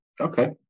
Okay